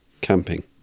camping